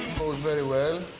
goes very well.